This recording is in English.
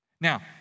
Now